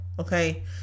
okay